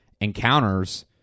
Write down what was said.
encounters